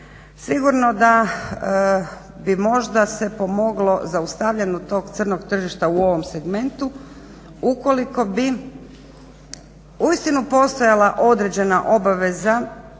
sigurno da bi možda se pomoglo zaustavljanju tog crnog tržišta u ovom segmentu ukoliko bi uistinu postojala određena obaveza